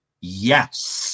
Yes